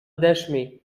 дәшми